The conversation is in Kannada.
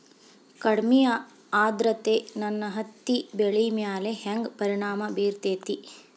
ಕಡಮಿ ಆದ್ರತೆ ನನ್ನ ಹತ್ತಿ ಬೆಳಿ ಮ್ಯಾಲ್ ಹೆಂಗ್ ಪರಿಣಾಮ ಬಿರತೇತಿ?